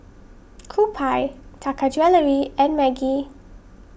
Kewpie Taka Jewelry and Maggi